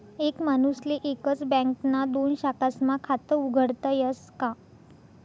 एक माणूसले एकच बँकना दोन शाखास्मा खातं उघाडता यस का?